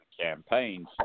Campaigns